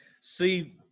see